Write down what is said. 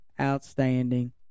Outstanding